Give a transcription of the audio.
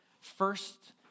first